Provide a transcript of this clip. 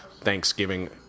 Thanksgiving